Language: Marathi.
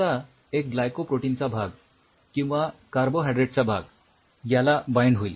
आता एक ग्लायकोप्रोटीनचा भाग किंवा कार्बोहायड्रेटचा भाग याला बाइंड होईल